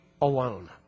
alone